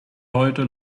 heute